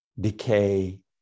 decay